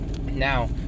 Now